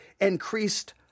increased